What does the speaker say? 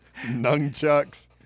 nunchucks